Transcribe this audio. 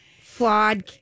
flawed